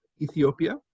Ethiopia